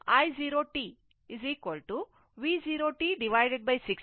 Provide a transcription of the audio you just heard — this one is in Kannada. ಆದ್ದರಿಂದ t 0 ಗಿಂತ ಆದಾಗ ವಿದ್ಯುತ್ ಪ್ರವಾಹ i 0 t V 0 t 60 ಆಗಿರುತ್ತದೆ